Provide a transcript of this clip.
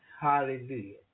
Hallelujah